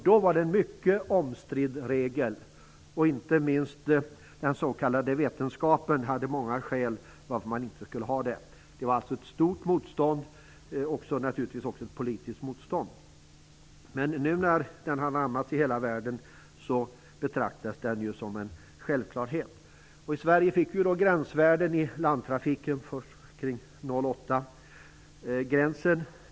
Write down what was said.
Då var det en mycket omstridd regel. Inte minst den s.k. vetenskapen hade många skäl till att man inte skulle ha det. Det var alltså ett stort motstånd, naturligtvis också ett politiskt motstånd. Nu när regeln har anammats i så gott som hela världen betraktas den som en självklarhet. 0,8 %. Det sänktes till 0,5.